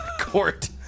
court